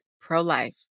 Pro-Life